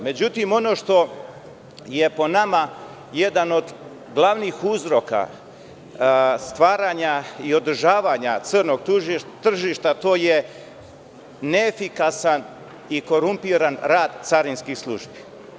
Međutim, ono što je po nama jedan od glavnih uzroka stvaranja i održavanja crnog tržišta, to je neefikasan i korumpiran rad carinskih službi.